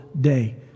day